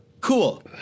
Cool